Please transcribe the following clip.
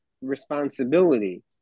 responsibility